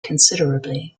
considerably